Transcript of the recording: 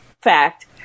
fact